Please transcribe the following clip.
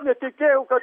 netikėjau kad